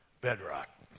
bedrock